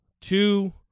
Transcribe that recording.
two